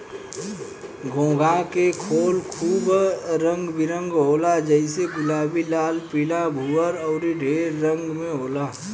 घोंघा के खोल खूब रंग बिरंग होला जइसे गुलाबी, लाल, पीला, भूअर अउर ढेर रंग में होला